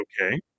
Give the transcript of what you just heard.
Okay